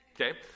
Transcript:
Okay